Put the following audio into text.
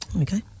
Okay